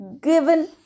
given